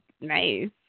Nice